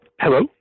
Hello